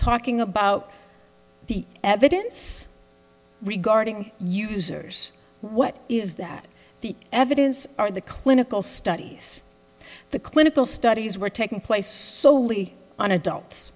talking about the evidence regarding users what is that the evidence are the clinical studies the clinical studies were taking place solely on adults